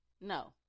No